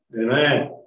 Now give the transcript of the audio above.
Amen